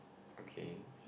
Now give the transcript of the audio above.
okay